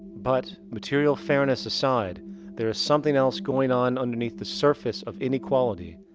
but material fairness aside there is something else going on underneath the surface of inequality.